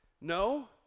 No